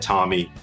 Tommy